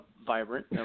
Vibrant